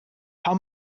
how